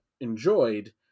enjoyed